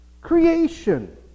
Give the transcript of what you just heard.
Creation